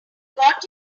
got